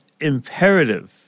imperative